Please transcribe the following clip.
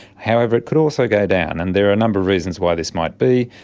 however, it could also go down, and there are a number of reasons why this might be,